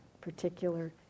particular